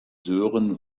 sören